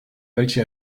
welche